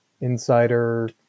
Insider